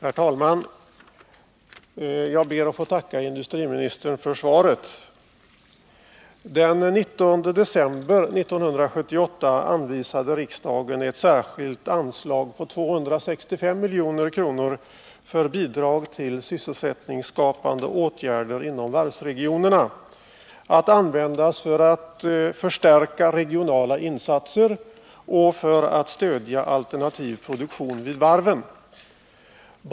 Herr talman! Jag ber att få tacka industriministern för svaret. Den 19 december 1978 anvisade riksdagen ett särskilt anslag på 265 milj.kr. för bidrag till sysselsättningsskapande åtgärder inom varvsregionerna att användas för att förstärka regionala insatser och för att stödja alternativ produktion vid varven.